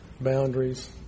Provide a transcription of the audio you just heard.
boundaries